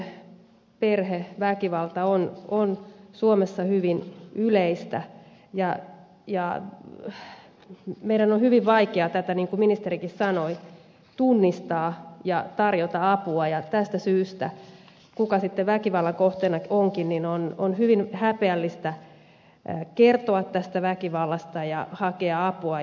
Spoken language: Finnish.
kaiken kaikkiaan lähisuhde perheväkivalta on suomessa hyvin yleistä ja meidän on hyvin vaikea tätä tunnistaa niin kuin ministerikin sanoi ja tarjota apua siitä syystä kuka sitten väkivallan kohteena onkin että voi olla hyvin häpeällistä kertoa väkivallasta ja hakea apua